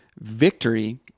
victory